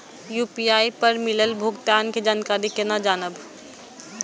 UPI पर मिलल भुगतान के जानकारी केना जानब?